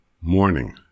morning